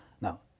Now